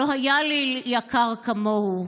/ לא היה לי יקר כמוהו...